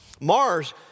Mars